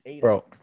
Bro